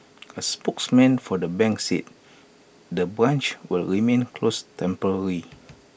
A spokesman for the bank said the branch will remain closed temporarily